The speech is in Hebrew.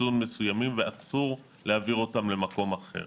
אפסון מסוימים, ואסור להעביר למקום אחר.